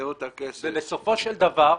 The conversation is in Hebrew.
ובסופו של דבר,